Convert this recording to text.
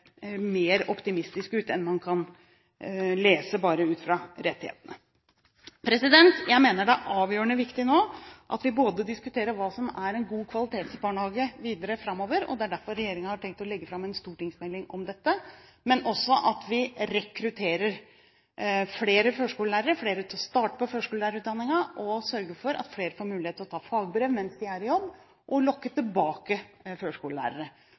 mer optimistisk ut enn man kan lese ut fra rettighetene. Jeg mener det er avgjørende viktig nå at vi videre framover både diskuterer hva som er en god kvalitetsbarnehage – det er derfor regjeringen har tenkt å legge fram en stortingsmelding om dette – at vi rekrutterer flere førskolelærere, får flere til å starte på førskolelærerutdanningen, sørger for at flere får mulighet til å ta fagbrev mens de er i jobb, og lokker tilbake førskolelærere.